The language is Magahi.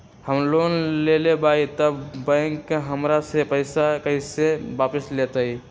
हम लोन लेलेबाई तब बैंक हमरा से पैसा कइसे वापिस लेतई?